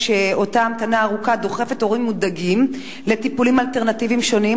אותה המתנה ארוכה דוחפת הורים מודאגים לטיפולים אלטרנטיביים שונים,